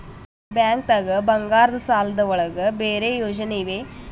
ಬ್ಯಾಂಕ್ದಾಗ ಬಂಗಾರದ್ ಸಾಲದ್ ಒಳಗ್ ಬೇರೆ ಯೋಜನೆ ಇವೆ?